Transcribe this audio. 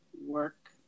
work